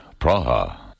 Praha